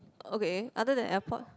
okay other than airport